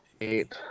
eight